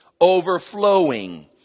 overflowing